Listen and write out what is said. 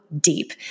deep